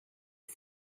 que